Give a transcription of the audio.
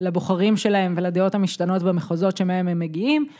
לבוחרים שלהם ולדעות המשתנות במחוזות שמהם הם מגיעים